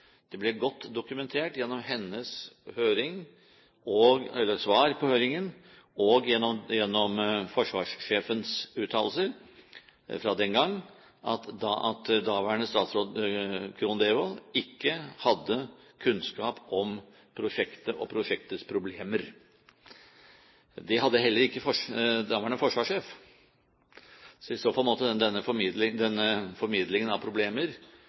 Det ble godt dokumentert gjennom hennes svar i høringen og gjennom forsvarssjefens uttalelser fra den gang at daværende statsråd Krohn Devold ikke hadde kunnskap om prosjektet og prosjektets problemer. Det hadde heller ikke daværende forsvarssjef. Så i så fall måtte denne formidlingen av problemer